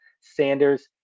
Sanders